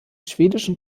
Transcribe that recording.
schwedischen